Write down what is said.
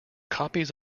copies